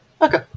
Okay